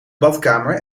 badkamer